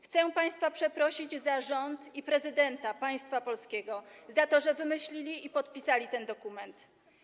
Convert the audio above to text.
Chcę państwa przeprosić za rząd i prezydenta państwa polskiego, za to, że wymyślili i podpisali ten dokument.